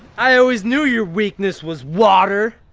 i always knew your weakness was water!